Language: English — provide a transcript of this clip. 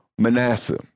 Manasseh